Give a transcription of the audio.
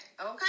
okay